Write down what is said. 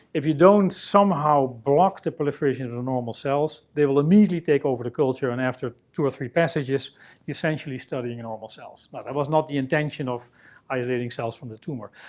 if you don't somehow block the proliferation of the normal cells, they will immediately take over the culture. and after two or three passages, you're essentially studying normal cells. now, that was not the intention of isolating cells from the tumor.